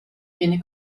viene